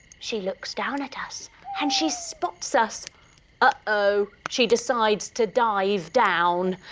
she looks down at us and she spots us ah oh! she decides to dive down.